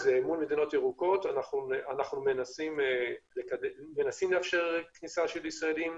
אז מול מדינות ירוקות אנחנו מנסים לאפשר כניסה של ישראלים,